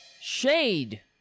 Shade